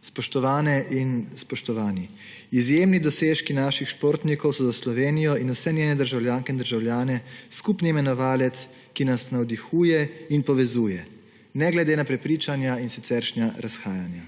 Spoštovane in spoštovani, izjemni dosežki naših športnikov so za Slovenijo in vse njene državljanke in državljane skupni imenovalec, ki nas navdihuje in povezuje ne glede na prepričanja in siceršnja razhajanja.